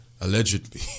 Allegedly